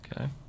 okay